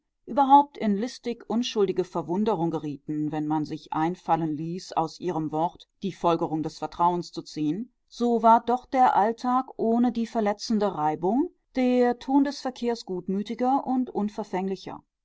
überhaupt in listig unschuldige verwunderung gerieten wenn man sich einfallen ließ aus ihrem wort die folgerung des vertrauens zu ziehen so war doch der alltag ohne die verletzende reibung der ton des verkehrs gutmütiger und unverfänglicher